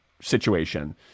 situation